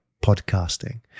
podcasting